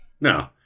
No